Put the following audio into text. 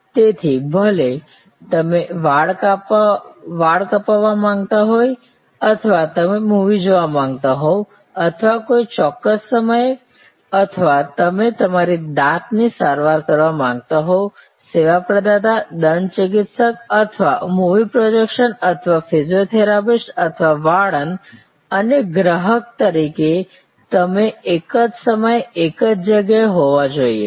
તેથી પછી ભલે તમે વાળ કાપવા માંગતા હોવ અથવા તમે મૂવી જોવા માંગતા હોવ અથવા કોઈ ચોક્કસ સમયે અથવા તમે તમારી દાંતની સારવાર કરાવવા માંગતા હોવસેવા પ્રદાતા દંત ચિકિત્સક અથવા મૂવી પ્રોજેક્શન અથવા ફીસઈઓથેરાપીસ્ટ અથવા વાળંદ અને ગ્રાહક તરીકે તમે એક જ સમયે એક જ જગ્યાએ હોવા જોઈએ